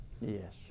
Yes